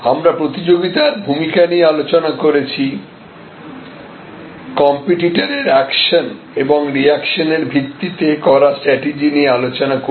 আমরা প্রতিযোগিতার ভূমিকা নিয়ে আলোচনা করেছি কম্পিটিটর এর অ্যাকশন এবং রিয়াকশন এর ভিত্তিতে করা স্ট্যাটিজি নিয়ে আলোচনা করিনি